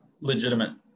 legitimate